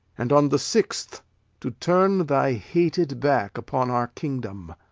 and on the sixth to turn thy hated back upon our kingdom.